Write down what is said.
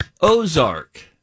Ozark